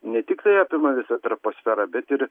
ne tiktai apima visą troposferą bet ir